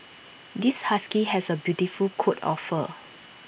this husky has A beautiful coat of fur